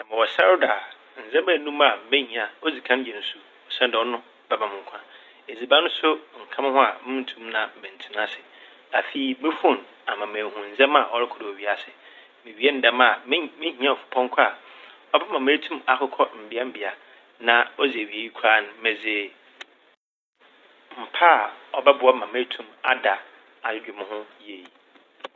Sɛ mowɔ sar do a ndzɛmba enum a mehia. Odzikan yɛ nsu osiandɛ ɔno na ɔbɛma me nkwa. Edziban so nnka mo ho a munntum na menntsena ase. Afei mo fone ama mehu ndzɛmba a ɔrokɔ do wɔ wiase. Mewie no dɛm a mehi-mehia efupɔnkɔ a ɔbɛma ma metum akokɔ mbeambea. Na odzi ewie no koraa no medze mpa a ɔbɔboa ma metum mada adwedwe mo ho yie.